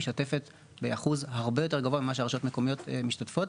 משתפת באחוז הרבה יותר גבוה ממה שהרשויות המקומיות משתתפות,